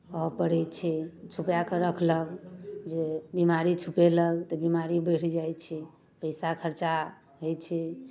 कहय पड़ै छै छुपाए कऽ रखलक जे बिमारी छुपेलक तऽ बिमारी बढ़ि जाइ छै पैसा खर्चा होइ छै